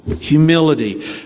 humility